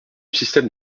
système